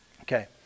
okay